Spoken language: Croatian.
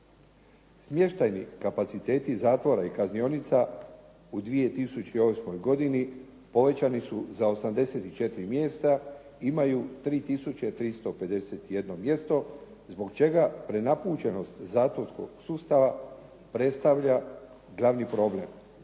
Smještajni kapaciteti zatvora i kaznionica u 2008. godini povećani su za 84 mjesta, imaju 3 tisuće 351 mjesto zbog čega prenapučenost zatvorskog sustava predstavlja glavni problem